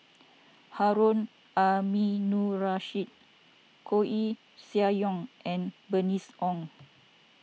Harun Aminurrashid Koeh Sia Yong and Bernice Ong